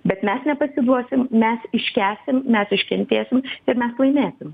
bet mes nepasiduosim mes iškęsim mes iškentėsim ir mes laimėsim